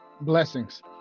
Blessings